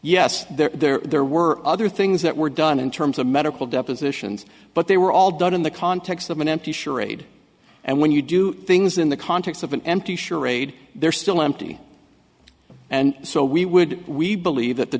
yes there were other things that were done in terms of medical depositions but they were all done in the context of an empty charade and when you do things in the context of an empty charade they're still empty and so we would we believe that the